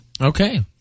Okay